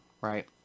Right